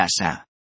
casa